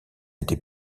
été